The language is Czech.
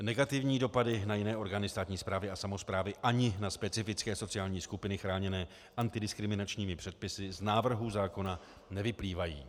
Negativní dopady na jiné orgány státní správy a samosprávy ani na specifické sociální skupiny chráněné antidiskriminačními předpisy z návrhu zákona nevyplývají.